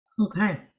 Okay